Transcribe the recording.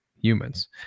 humans